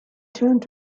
turned